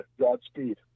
godspeed